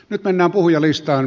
nyt mennään puhujalistaan